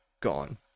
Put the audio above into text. Gone